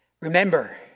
Remember